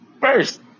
First